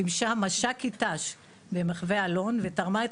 שימשה מש"קית ת"ש במחווה אלון ותרמה את